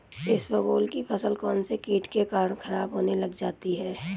इसबगोल की फसल कौनसे कीट के कारण खराब होने लग जाती है?